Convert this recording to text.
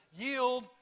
yield